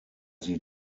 sie